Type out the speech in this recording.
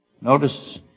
Notice